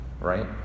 Right